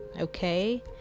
okay